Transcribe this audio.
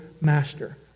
master